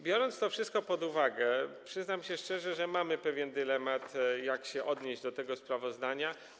Biorąc to wszystko pod uwagę, przyznam się szczerze, że mamy pewien dylemat, jak się odnieść do tego sprawozdania.